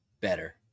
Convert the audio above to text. Better